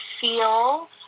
feel